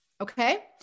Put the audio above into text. okay